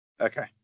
Okay